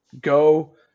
go